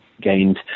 gained